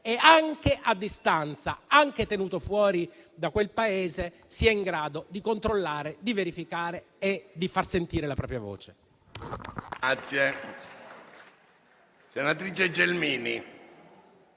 e, anche a distanza, anche tenuto fuori da quel Paese, sia in grado di controllare, di verificare e di far sentire la propria voce.